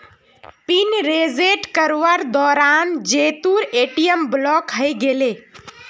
pin reset करवार दौरान जीतूर ए.टी.एम ब्लॉक हइ गेले